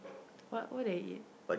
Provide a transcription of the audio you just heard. what what did I eat